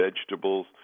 vegetables